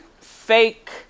fake